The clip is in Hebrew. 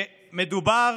שמדובר